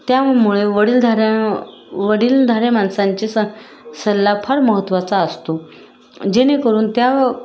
त्यामुळे वडीलधाऱ्या वडीलधाऱ्या माणसांची स सल्ला फार महत्त्वाचा असतो जेणेकरून त्या व